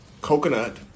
Coconut